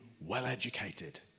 well-educated